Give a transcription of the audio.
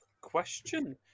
question